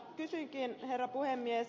kysynkin herra puhemies